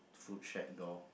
food shack door